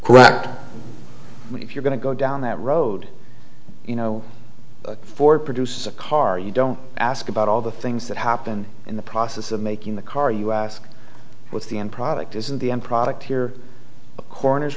correct if you're going to go down that road you know for produce a car you don't ask about all the things that happened in the process of making the car you ask with the end product is the end product here a coroner